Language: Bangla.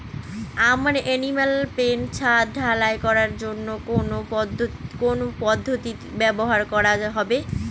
আমার এনিম্যাল পেন ছাদ ঢালাই করার জন্য কোন পদ্ধতিটি ব্যবহার করা হবে?